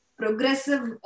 progressive